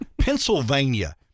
Pennsylvania